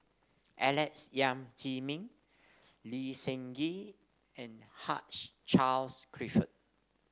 Alex Yam Ziming Lee Seng Gee and Hugh Charles Clifford